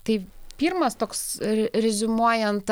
tai pirmas toks reziumuojant